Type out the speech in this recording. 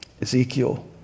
Ezekiel